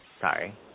sorry